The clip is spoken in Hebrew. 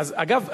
אגב,